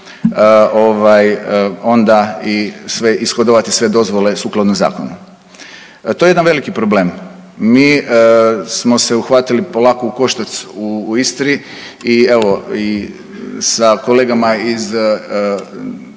sve ishodovati sve dozvole sukladno zakonu. To je jedan veliki problem. Mi smo se uhvatili polako u koštac u Istri i evo s kolegama iz